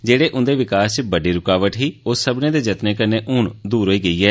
जेह्डे उंदे विकास च बड्डी रूकावट ही ओह सब्मने दे जतने कन्नै हून दूर होई गेई ऐ